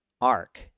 Arc